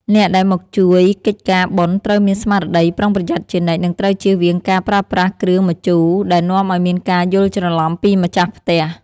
អ្នកដែលមកជួយកិច្ចការបុណ្យត្រូវមានស្មារតីប្រុងប្រយ័ត្នជានិច្ច និងត្រូវជៀសវាងការប្រើប្រាស់គ្រឿងម្ជូរដែលនាំឱ្យមានការយល់ច្រឡំពីម្ចាស់ផ្ទះ។